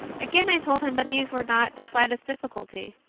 again i told him that these were not the slightest difficulty.